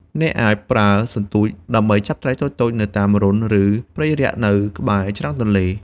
អ្នកអាចប្រើសន្ទូចដើម្បីចាប់ត្រីតូចៗនៅតាមរន្ធ ឬព្រៃរាក់នៅក្បែរច្រាំងទន្លេ។